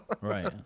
Right